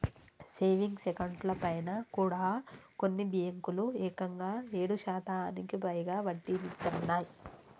savings అకౌంట్లపైన కూడా కొన్ని బ్యేంకులు ఏకంగా ఏడు శాతానికి పైగా వడ్డీనిత్తన్నయ్